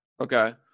Okay